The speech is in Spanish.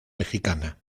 mexicana